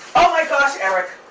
oh my gosh, eric.